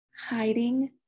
hiding